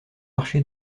marché